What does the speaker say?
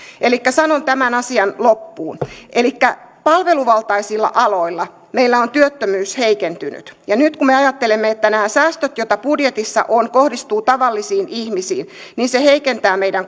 elikkä sanon tämän asian loppuun palveluvaltaisilla aloilla meillä on työttömyys heikentynyt ja nyt kun me ajattelemme että nämä säästöt joita budjetissa on kohdistuvat tavallisiin ihmisiin niin se heikentää meidän